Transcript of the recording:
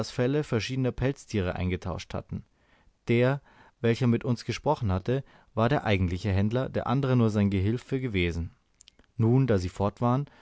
verschiedener pelztiere eingetauscht hatten der welcher mit uns gesprochen hatte war der eigentliche händler der andere nur sein gehilfe gewesen nun da sie fort waren